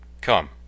come